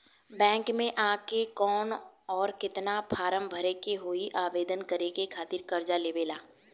Bank मे आ के कौन और केतना फारम भरे के होयी आवेदन करे के खातिर कर्जा लेवे ला?